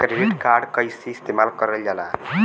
Credit card कईसे इस्तेमाल करल जाला?